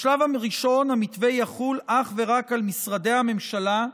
בשלב הראשון המתווה יחול אך ורק על משרדי הממשלה,